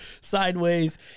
sideways